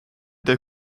der